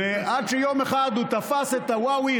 עד שיום אחד הוא תפס את וואווי,